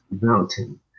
mountain